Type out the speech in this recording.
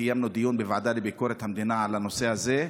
קיימנו דיון בוועדה לביקורת המדינה על הנושא הזה,